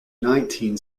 nineteen